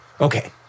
Okay